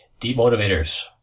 Demotivators